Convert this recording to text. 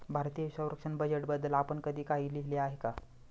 भारतीय संरक्षण बजेटबद्दल आपण कधी काही लिहिले आहे का?